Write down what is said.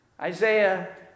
Isaiah